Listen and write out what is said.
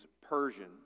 Persian